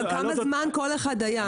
גם כמה זמן כל אחד היה.